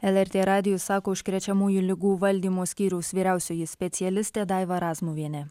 lrt radijui sako užkrečiamųjų ligų valdymo skyriaus vyriausioji specialistė daiva razmuvienė